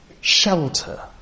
shelter